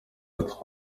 that